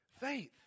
Faith